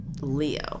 leo